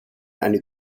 eine